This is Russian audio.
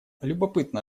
любопытно